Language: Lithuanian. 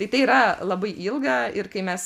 tai tai yra labai ilga ir kai mes